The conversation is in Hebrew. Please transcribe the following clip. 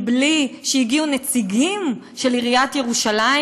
בלי שהגיעו נציגים של עיריית ירושלים